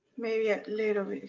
maybe a little